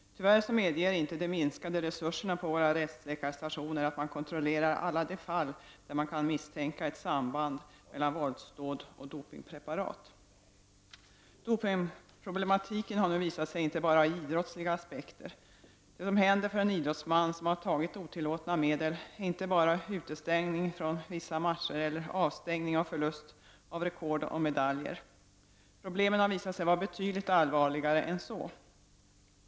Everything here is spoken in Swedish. Tyvärr medger inte de minskade resurserna på våra rättsläkarstationer kontroll av alla de fall där man kan misstänka ett samband mellan våldsdåd och dopingpreparat. Dopingproblematiken har nu visat sig ha inte bara idrottsliga aspekter. Det som händer för en idrottsman som har tagit otillåtna medel är inte bara utestängning från vissa matcher eller avstängning och förlust av rekord och medaljer. Problemen har visat sig vara betydligt allvarligare än så.